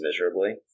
miserably